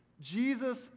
Jesus